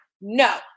no